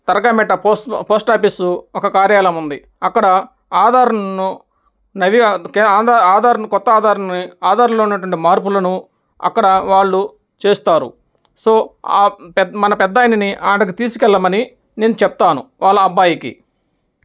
Dargamitta post post office ఒక కార్యాలయం ఉంది అక్కడ ఆధార్ను నవీ ఆధార్ ఆధార్ను క్రొత్త ఆధార్ని ఆధార్లో ఉన్నటువంటి మార్పులను అక్కడ వాళ్ళు చేస్తారు సొ ఆ పెద్ద మన పెద్దాయనని అక్కడకి తీసుకెళ్ళమని నేను చెప్తాను వాళ్ళ అబ్బాయికి